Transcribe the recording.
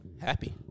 Happy